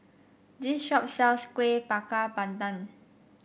this shop sells Kueh Bakar Pandan